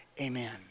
Amen